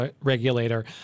regulator